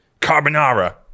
carbonara